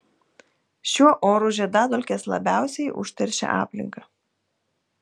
šiuo oru žiedadulkės labiausiai užteršia aplinką